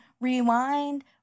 rewind